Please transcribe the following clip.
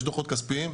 יש דוחות כספיים.